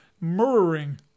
mirroring